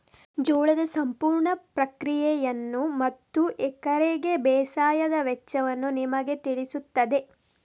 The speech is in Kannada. ಜೋಳದ ಸಂಪೂರ್ಣ ಪ್ರಕ್ರಿಯೆಯನ್ನು ಮತ್ತು ಎಕರೆಗೆ ಬೇಸಾಯದ ವೆಚ್ಚವನ್ನು ನಿಮಗೆ ತಿಳಿಸುತ್ತದೆ